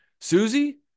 Susie